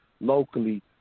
locally